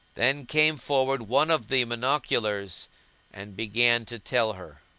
then came forward one of the monoculars and began to tell her